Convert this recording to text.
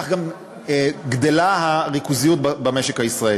כך גם גדלה הריכוזיות במשק הישראלי.